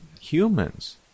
humans